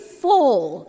fall